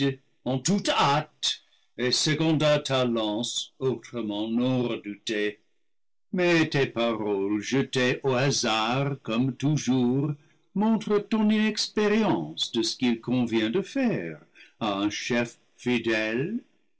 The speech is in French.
en toute hâte et seconda ta lance autrement non redoutée mais tes paroles je tées au hasard comme toujours montrent ton inexpérience de ce qu'il convient de faire à un chef fidèle